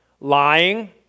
Lying